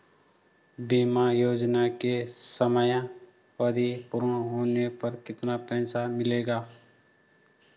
बीमा योजना की समयावधि पूर्ण होने पर कितना पैसा मिलेगा?